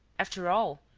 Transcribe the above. after all,